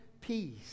peace